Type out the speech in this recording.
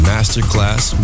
Masterclass